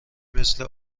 مثل